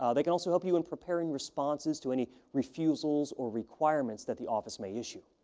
ah they can also help you in preparing responses to any refusals or requirements that the office may issue.